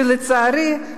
שלצערי,